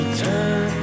turn